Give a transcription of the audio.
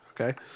okay